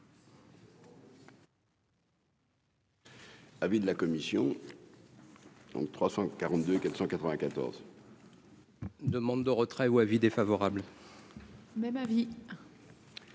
Avis de la commission. Donc 342 494. Demande de retrait ou avis défavorable. Même avis.